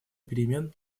перемен